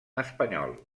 espanyol